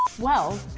well,